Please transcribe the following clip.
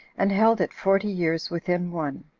and held it forty years within one.